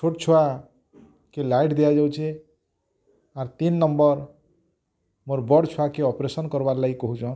ଛୋଟ ଛୁଆ କେ ଲାଇଟ୍ ଦିଆଯାଉଛେ ଆର୍ ତିନ୍ ନମ୍ବର ମୋର ବଡ଼୍ ଛୁଆକେ ଅପରେସନ୍ କର୍ବାର୍ ଲାଗି କହୁଛନ୍